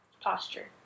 posture